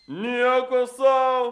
nieko sau